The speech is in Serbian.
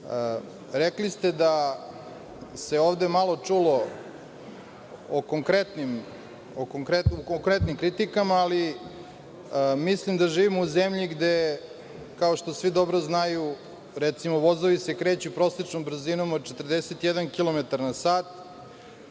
ste da se ovde malo čulo o konkretnim kritikama, ali mislim da živimo u zemlji gde, kao što svi dobro znaju, recimo, vozovi se kreću prosečnom brzinom od 41 kilometar na sat,